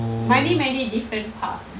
many many different paths